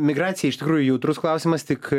migracija iš tikrųjų jautrus klausimas tik